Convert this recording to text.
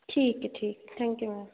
ठीक ठीक thank you ma'am